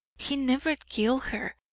he never killed her.